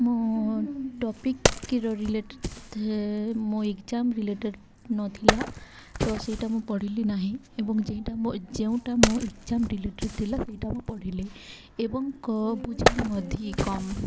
ମୁଁ ଟପିକର ରିଲେଟ ଥାଏ ମୋ ଏକ୍ଜାମ ରିଲେଟେଡ଼ ନଥିଲା ତ ସେଇଟା ମୁଁ ପଢ଼ିଲି ନାହିଁ ଏବଂ ଯେଇଟା ମୋ ଯେଉଁଟା ମୋ ଏକ୍ଜାମ ରିଲେଟେଡ଼ ଥିଲା ସେଇଟା ମୁଁ ପଢ଼ିଲି ଏବଂ କ ବୁଝିଲି ମଧ୍ୟ କମ୍